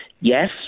Yes